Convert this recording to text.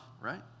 right